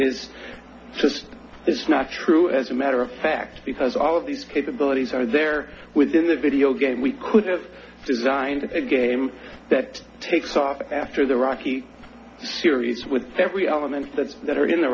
is just it's not true as a matter of fact because all of these capabilities are there within the video game we could have designed a game that takes off after the rocky series with that we elements that are in the